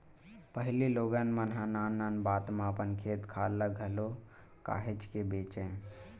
पहिली लोगन मन ह नान नान बात म अपन खेत खार ल घलो काहेच के बेंचय